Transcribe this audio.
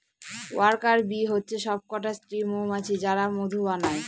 worker bee হচ্ছে সবকটা স্ত্রী মৌমাছি যারা মধু বানায়